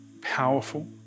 powerful